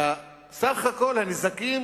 סך הכול הנזקים